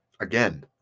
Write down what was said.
Again